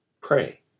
pray